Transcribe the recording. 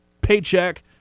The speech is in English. paycheck